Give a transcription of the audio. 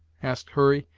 asked hurry,